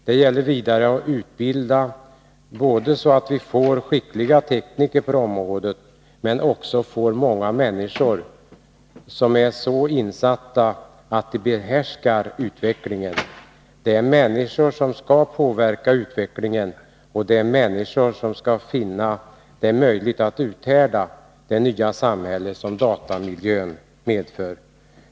Det gäller vidare att utbilda både så att vi får skickliga tekniker på området och så att vi får många människor som är så insatta att de behärskar utvecklingen. Det är människor som skall påverka utvecklingen, och det är människor som skall finna det möjligt att uthärda det nya samhälle som datamiljön medför.